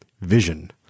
Vision